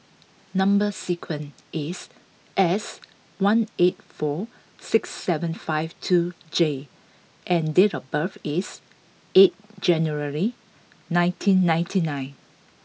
number sequence is S one eight four six seven five two J and date of birth is eight January nineteen ninety nine